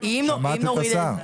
שמעת את השר?